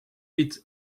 wit